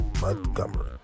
Montgomery